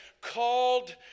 Called